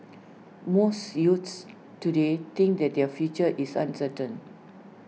most youths today think that their future is uncertain